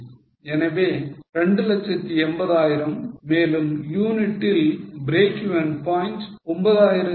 எனவே 280000 மேலும் யூனிட்டில் breakeven point 9333